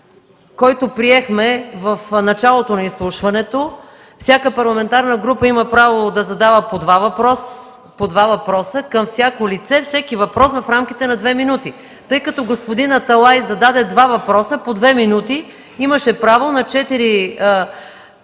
който приехме в началото на изслушването, всяка парламентарна група има право да задава по два въпроса към всяко лице, всеки въпрос – в рамките на 2 минути. Тъй като господин Аталай зададе два въпроса по 2 минути, имаше право на 4